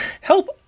help